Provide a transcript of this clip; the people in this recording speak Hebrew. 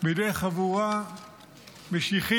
בידי חבורה משיחית,